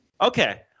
Okay